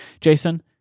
Jason